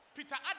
Peter